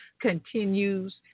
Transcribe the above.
continues